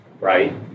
right